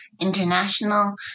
International